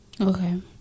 Okay